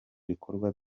bikorwa